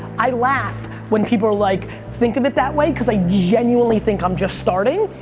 i laugh when people like think of it that way cause i genuinely think i'm just starting.